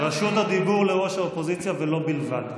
רשות הדיבור לראש האופוזיציה ולו בלבד.